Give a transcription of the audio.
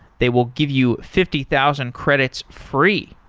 they will give you fifty thousand credits free,